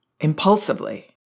impulsively